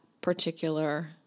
particular